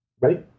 Ready